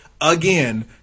again